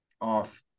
off